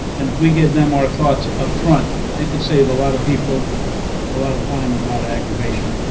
and if we give them our thoughts up front, it could save a lot of people a lot of time and a lot of aggravation.